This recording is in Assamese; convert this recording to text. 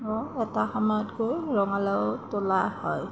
এটা সময়ত গৈ ৰঙালাও তোলা হয়